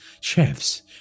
chefs